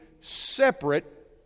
separate